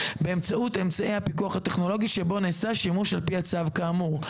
באמצעות אמצעי הפיקוח הטכנולוגי שבו נעשה שימוש על פי הצו כאמור,